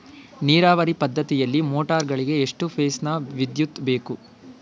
ನೀರಾವರಿ ಪದ್ಧತಿಯಲ್ಲಿ ಮೋಟಾರ್ ಗಳಿಗೆ ಎಷ್ಟು ಫೇಸ್ ನ ವಿದ್ಯುತ್ ಬೇಕು?